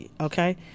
okay